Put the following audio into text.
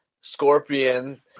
Scorpion